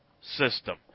system